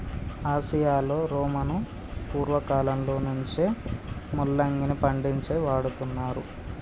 ఆసియాలో రోమను పూర్వకాలంలో నుంచే ముల్లంగిని పండించి వాడుతున్నారు